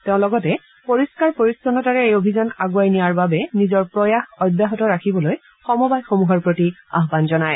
তেওঁ লগতে পৰিষ্ণাৰ পৰিচ্ছন্নতাৰে এই অভিযান আগুৱাই নিয়াৰ বাবে নিজৰ প্ৰয়াস অব্যাহত ৰাখিবলৈ সমবায়সমূহৰ প্ৰতি আহান জনায়